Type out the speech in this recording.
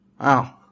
Wow